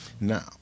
Now